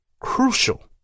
crucial